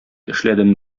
эшләдем